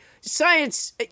science